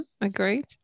agreed